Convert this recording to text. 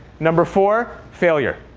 number four? failure.